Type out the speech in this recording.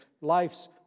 life's